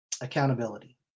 accountability